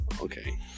Okay